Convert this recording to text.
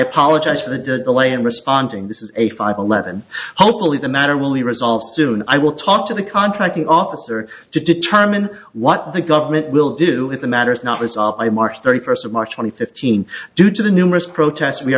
apologize for the delay in responding this is a five eleven hopefully the matter will be resolved soon i will talk to the contracting officer to determine what the government will do with the matters not resolved by march thirty first of march hundred fifteen due to the numerous protests we